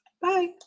Bye